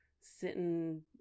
sitting